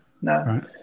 no